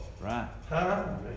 Right